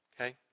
Okay